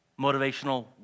Motivational